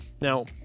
Now